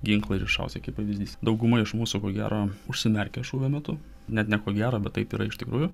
ginklą ir iššausi kaip pavyzdys dauguma iš mūsų ko gero užsimerkia šūvio metu net ne ko gero bet taip yra iš tikrųjų